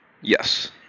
Yes